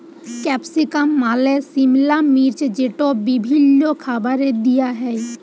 capsicum মালে সিমলা মির্চ যেট বিভিল্ল্য খাবারে দিঁয়া হ্যয়